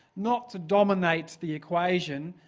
not to dominate the equation,